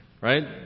right